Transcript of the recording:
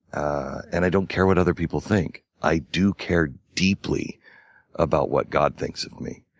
and i don't care what other people think. i do care deeply about what god thinks of me,